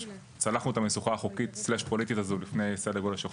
צלחנו את המשוכה החוקית/פוליטית הזאת לפני סדר גודל של חודשיים.